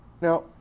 Now